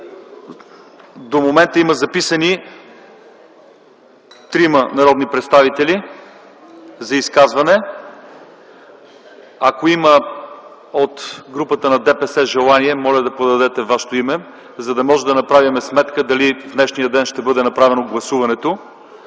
до момента има записани трима народни представители за изказване. Ако има желания от групата на ДПС, моля да подадете вашето име, за да можем да направим сметка дали в днешния ден ще бъде направено гласуването.